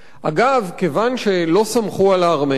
אגב, כיוון שלא סמכו על הארמנים,